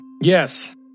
Yes